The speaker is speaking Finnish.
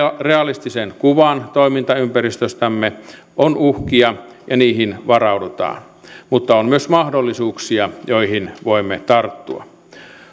realistisen kuvan toimintaympäristöstämme on uhkia ja niihin varaudutaan mutta on myös mahdollisuuksia joihin voimme tarttua